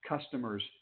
customers